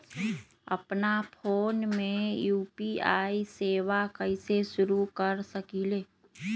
अपना फ़ोन मे यू.पी.आई सेवा कईसे शुरू कर सकीले?